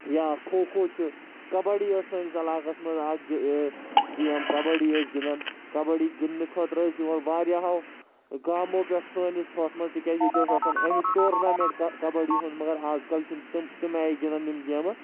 یا کھو کھو چھِ کَبڈی ٲس سٲنِس علاقَس منٛز اَکھ گیم کَبڈی ٲسۍ گِنٛدان کَبڈی گِنٛدنہٕ خٲطرٕ ٲسۍ یِوان واریَہَو گامَو پٮ۪ٹھ سٲنِس ہُتھ منٛز تِکیازِ ییٚتہِ اوس آسَن اَمیُٚک ٹورنامینٛٹ کَ کَبڈی ہُنٛد مگر آز کل چھِنہٕ تِم تمہِ آیہِ گِنٛدان یِم گیمہٕ